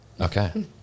Okay